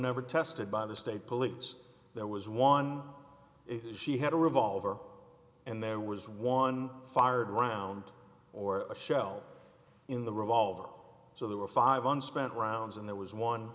never tested by the state police there was one it is she had a revolver and there was one fired round or a shell in the revolver so there were five unspent rounds and there was one